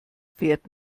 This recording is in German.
fährt